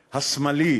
השמאלי,